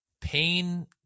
pain